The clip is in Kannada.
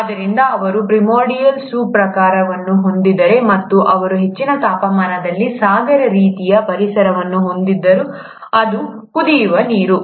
ಆದ್ದರಿಂದ ಅವರು ಪ್ರಿಮೋರ್ಡಿಯಲ್ ಸೂಪ್ ಪ್ರಕಾರವನ್ನು ಹೊಂದಿದ್ದರು ಮತ್ತು ಅವರು ಹೆಚ್ಚಿನ ತಾಪಮಾನದಲ್ಲಿ ಸಾಗರ ರೀತಿಯ ಪರಿಸರವನ್ನು ಹೊಂದಿದ್ದರು ಅದು ಕುದಿಯುವ ನೀರು